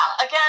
again